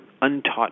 untaught